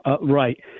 right